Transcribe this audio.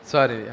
Sorry